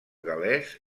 gal·lès